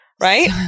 right